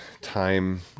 time